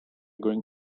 going